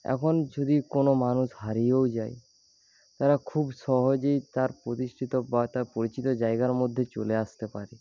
এখন যদি কোন মানুষ হরিয়েও যায় তারা খুব সহজেই তার প্রতিষ্ঠিত বা তার পরিচিত জায়গার মধ্যে চলে আসতে পারে